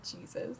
Jesus